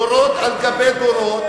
דורות על גבי דורות,